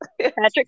Patrick